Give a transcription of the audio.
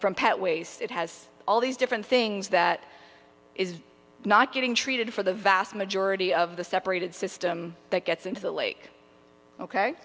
from pet waste it has all these different things that is not getting treated for the vast majority of the separated system that gets into the lake ok